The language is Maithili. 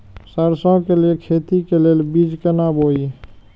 सरसों के लिए खेती के लेल बीज केना बोई?